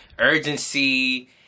urgency